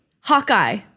Hawkeye